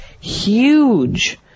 Huge